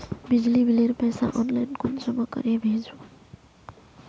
बिजली बिलेर पैसा ऑनलाइन कुंसम करे भेजुम?